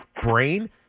brain –